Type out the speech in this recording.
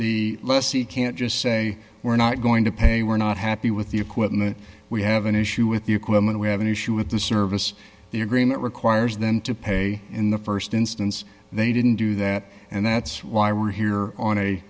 the lessee can't just say we're not going to pay we're not happy with the equipment we have an issue with the equipment we have an issue with the service the agreement requires them to pay in the st instance they didn't do that and that's why we're here on a